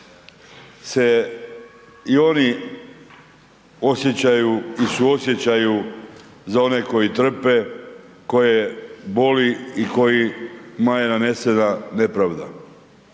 se i oni osjećaju i suosjećaju za one koji trpe, koje boli i kojima je nanesena nepravda.